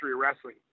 wrestling